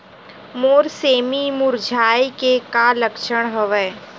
मोर सेमी मुरझाये के का लक्षण हवय?